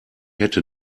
hätte